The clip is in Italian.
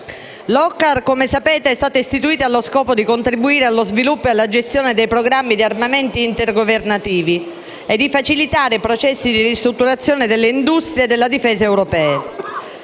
L'OCCAR, come sapete, è stata istituita allo scopo di contribuire allo sviluppo e alla gestione dei programmi di armamento intergovernativi e di facilitare i processi di ristrutturazione delle industrie della difesa europee.